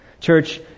Church